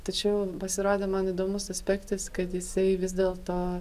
tačiau pasirodė man įdomus aspektas kad jisai vis dėlto